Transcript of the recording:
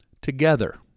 Together